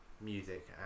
music